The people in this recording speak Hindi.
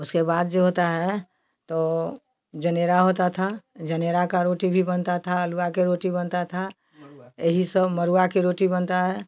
उसके बाद जो होता है तो जनेरा होता था जनेरा का रोटी भी बनता था अलुहा के रोटी बनता था यही सब मरुआ के रोटी बनता है